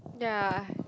ya